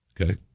Okay